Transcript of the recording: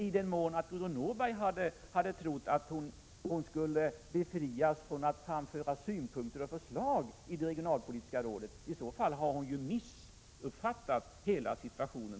I den mån Gudrun Norberg tror att hon skulle befrias från att framföra synpunkter och förslag i det regionalpolitiska rådet har hon totalt missuppfattat hela situationen.